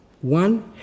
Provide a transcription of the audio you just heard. One